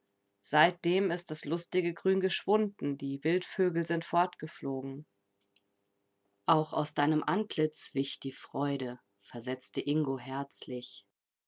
seitdem ist das lustige grün geschwunden die wildvögel sind fortgeflogen auch aus deinem antlitz wich die freude versetzte ingo herzlich